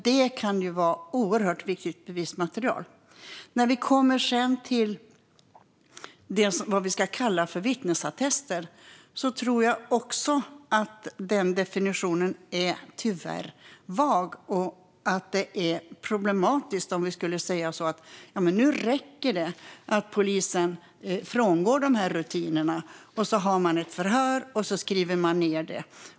Detta kan vara oerhört viktigt bevismaterial. När det gäller vad vi ska kalla vittnesattester tror jag att också den definitionen tyvärr är vag. Det skulle bli problematiskt om vi sa att nu räcker det, att polisen frångår de här rutinerna, och så har man ett förhör och skriver ned det.